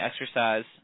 exercise